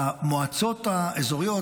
במועצות האזוריות,